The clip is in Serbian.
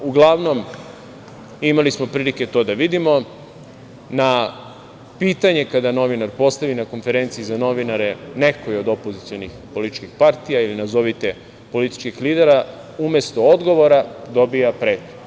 Uglavnom, imali smo prilike to da vidimo, na pitanje kada novinar postavi na konferenciji za novinare nekoj od opozicionih političkih partija ili nazovite političkih lidera, umesto odgovora dobija pretnje.